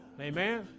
Amen